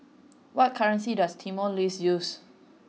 what currency does Timor Leste use